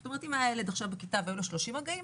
זאת אומרת: אם לילד בכיתה היו 30 מגעים,